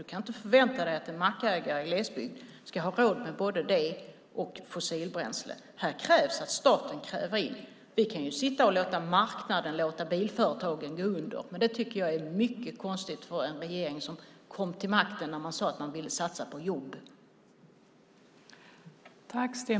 Man kan inte förvänta sig att en mackägare i glesbygd ska ha råd med både det och fossilbränsle. Här krävs att staten träder in. Vi kan sitta och låta marknaden och bilföretagen gå under, men jag tycker att det är mycket konstigt för en regering som kom till makten när man sade att man ville satsa på jobben.